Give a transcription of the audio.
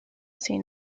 seen